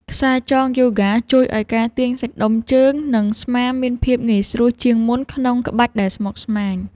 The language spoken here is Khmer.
ខ្សែចងយូហ្គា ជួយឱ្យការទាញសាច់ដុំជើង និងស្មាមានភាពងាយស្រួលជាងមុនក្នុងក្បាច់ដែលស្មុគស្មាញ។